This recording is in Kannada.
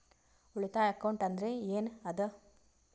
ಉಳಿತಾಯ ಅಕೌಂಟ್ ಅಂದ್ರೆ ಏನ್ ಅದ?